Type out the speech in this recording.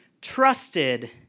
trusted